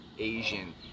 asian